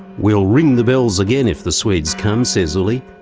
we'll ring the bells again if the swedes come, says ulli,